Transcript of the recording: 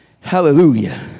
Hallelujah